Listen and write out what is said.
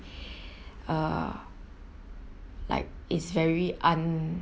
uh like is very uh